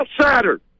outsider